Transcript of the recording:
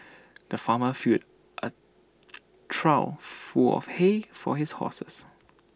the farmer filled A trough full of hay for his horses